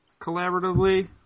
collaboratively